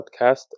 podcast